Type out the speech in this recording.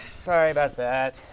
sorry about that,